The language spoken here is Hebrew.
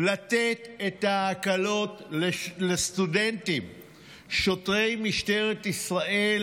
לתת את ההקלות לסטודנטים שוטרי משטרת ישראל